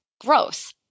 growth